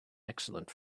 excellent